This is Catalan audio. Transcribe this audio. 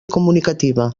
comunicativa